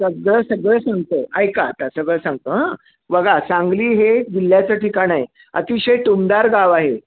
सगळं सगळं सांगतो ऐका आता सगळं सांगतो हं बघा सांगली हे जिल्ह्याचं ठिकाण आहे अतिशय टुमदार गाव आहे